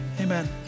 amen